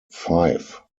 five